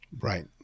Right